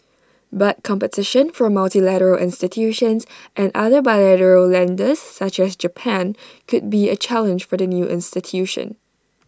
but competition from multilateral institutions and other bilateral lenders such as Japan could be A challenge for the new institution